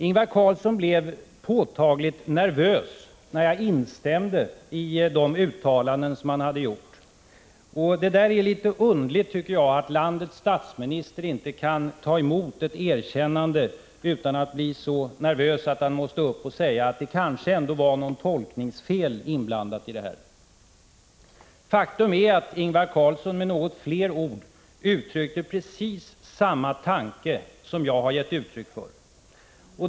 Ingvar Carlsson blev påtagligt nervös när jag instämde i de uttalanden som han hade gjort. Det är underligt att landets statsminister inte kan ta emot ett erkännande utan att bli så nervös att han måste upp och säga att det kanske ändå förelåg något tolkningsfel. Faktum är att Ingvar Carlsson med något fler ord uttryckte precis samma tanke som jag har givit uttryck för.